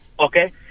okay